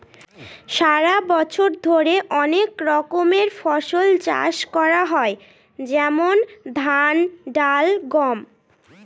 সারা বছর ধরে অনেক রকমের ফসল চাষ করা হয় যেমন ধান, ডাল, গম